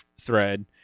thread